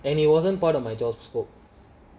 and it wasn't part of my job scope